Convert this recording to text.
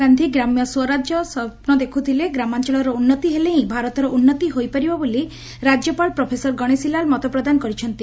ଗାନ୍ଧୀ ଗ୍ରାମ୍ୟ ସ୍ୱରାଜ୍ୟର ସ୍ୱପ୍ନ ଦେଖୁଥିଲେ ଗ୍ରାମାଞ୍ଞଳର ଉନ୍ତି ହେଲେହି ଭାରତର ଉନ୍ତି ହୋଇପାରିବ ବୋଲି ରାଜ୍ୟପାଳ ପ୍ରଫେସର ଗଣେଶୀ ଲାଲ୍ ମତପ୍ରଦାନ କରିଛନ୍ତି